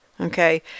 okay